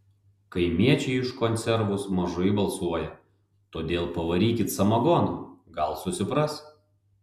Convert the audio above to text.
kaimiečiai už konservus mažai balsuoja todėl pavarykit samagono gal susipras